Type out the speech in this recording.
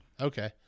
Okay